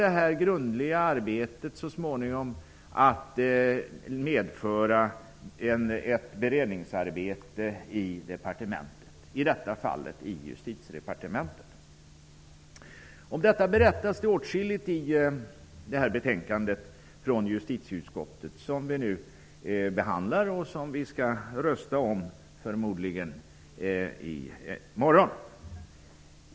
Det grundliga arbetet kommer så småningom att medföra ett beredningsarbete i departementet, i detta fall i Justitiedepartementet. Om detta berättas det åtskilligt i det här betänkandet från justitieutskottet, som vi nu behandlar och som vi förmodligen skall rösta om i morgon.